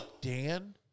Dan